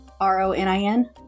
R-O-N-I-N